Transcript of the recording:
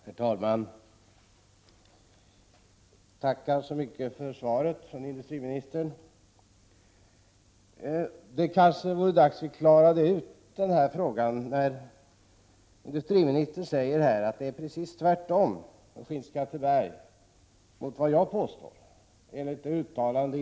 Herr talman! Jag tackar så mycket för svaret från industriministern. Det är kanske dags att vi klarar ut hur det ligger till med industriministerns påstående att det inte förhåller sig så som jag sade beträffande sågverket i Skinnskatteberg utan precis tvärtom.